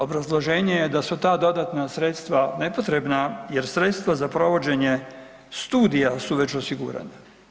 Obrazloženje je da su ta dodatna sredstva nepotrebna jer sredstva za provođenje studija su već osigurana.